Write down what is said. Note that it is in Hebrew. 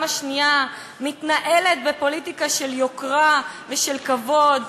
השנייה מתנהלת בפוליטיקה של יוקרה ושל כבוד,